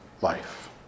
life